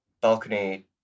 Balcony